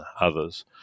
others